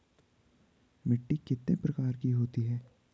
मिट्टी कितने प्रकार की होती है?